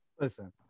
Listen